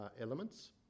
elements